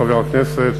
חבר הכנסת,